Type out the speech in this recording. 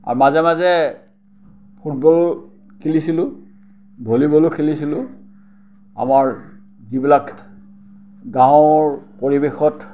আৰু মাজে মাজে ফুটবল খেলিছিলোঁ ভলীবলো খেলিছিলোঁ আমাৰ যিবিলাক গাঁৱৰ পৰিৱেশত